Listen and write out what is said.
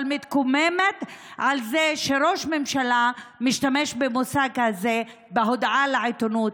מתקוממת על זה שראש ממשלה משתמש במושג כזה בהודעה לעיתונות,